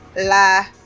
La